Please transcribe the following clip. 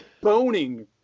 boning